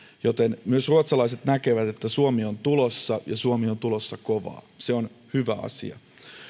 joten myös ruotsalaiset näkevät että suomi on tulossa ja suomi on tulossa kovaa se on hyvä asia